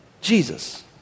Jesus